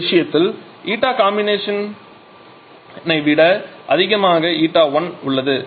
இந்த விஷயத்தில் உள்ள ηComb விட அதிகமாக η1உள்ளது